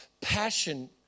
Passion